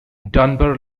dunbar